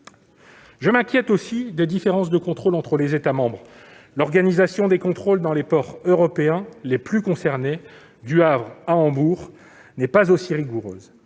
Je m'inquiète aussi des différences de contrôles entre les États membres. L'organisation des contrôles dans les ports européens les plus concernés, du Havre jusqu'à Hambourg, n'est pas aussi rigoureuse.